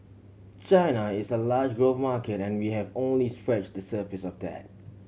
China is a large growth market and we have only scratch the surface of that